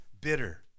bitter